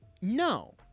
no